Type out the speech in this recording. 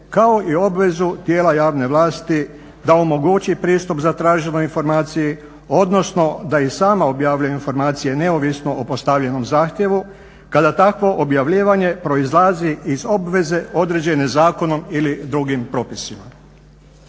kao i obvezu tijela javne vlasti da omogući pristup zatraženoj informaciji, odnosno da i sama objavljuje informacije neovisno o postavljenom zahtjevu kada takvo objavljivanje proizlazi iz obveze određene zakonom ili drugim propisima.